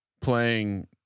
playing